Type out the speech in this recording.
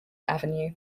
avenue